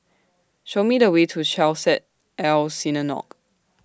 Show Me The Way to Chesed El Synagogue